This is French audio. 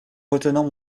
retenant